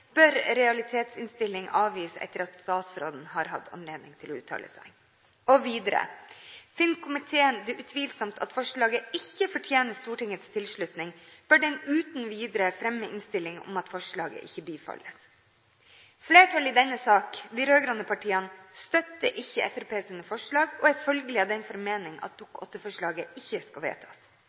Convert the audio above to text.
bør realitetsinnstilling avgis etter at statsråden har hatt anledning til å uttale seg. Finner komiteen det utvilsomt at forslaget ikke fortjener Stortingets tilslutning, bør den uten videre fremme innstilling om at forslaget ikke bifalles.» Flertallet i denne sak, de rød-grønne partiene, støtter ikke Fremskrittspartiets forslag, og er følgelig av den formening at Dokument 8-forslaget ikke skal vedtas.